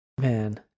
Man